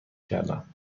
کردم